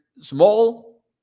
small